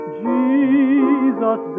jesus